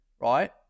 right